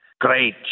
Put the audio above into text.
great